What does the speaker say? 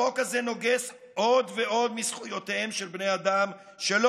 החוק הזה נוגס עוד ועוד בזכויותיהם של בני האדם שלא